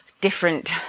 different